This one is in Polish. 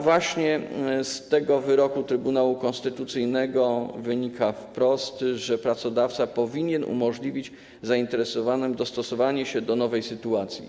Właśnie z tego wyroku Trybunału Konstytucyjnego wynika wprost, że pracodawca powinien umożliwić zainteresowanym dostosowanie się do nowej sytuacji.